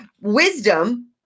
wisdom